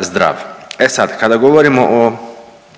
zdrav. E sad, kada govorimo o